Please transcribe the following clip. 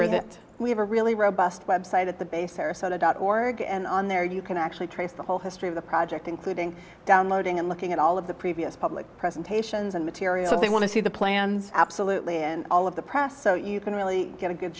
where that we have a really robust website at the base or such a dot org and on there you can actually trace the whole history of the project including downloading and looking at all of the previous public presentations and material they want to see the plans absolutely and all of the press so you can really get a